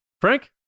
Frank